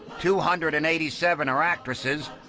two hundred and eighty seven are actresses,